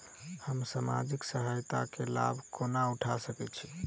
हम सामाजिक सहायता केँ लाभ कोना उठा सकै छी?